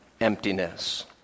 emptiness